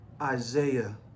Isaiah